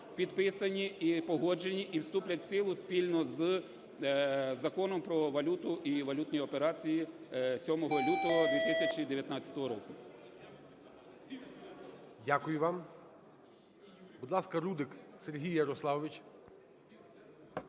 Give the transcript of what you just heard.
підписані, і погоджені, і вступлять в силу спільно з Законом "Про валюту і валютні операції" 7 лютого 2019 року. ГОЛОВУЮЧИЙ. Дякую вам. Будь ласка, Рудик Сергій Ярославович.